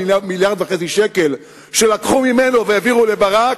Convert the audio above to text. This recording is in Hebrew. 1.5 מיליארד ש"ח שלקחו ממנו והעבירו לברק,